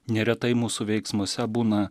neretai mūsų veiksmuose būna